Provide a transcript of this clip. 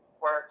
work